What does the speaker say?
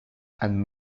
and